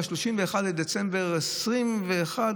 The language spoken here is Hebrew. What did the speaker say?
ב-31 בדצמבר 2021,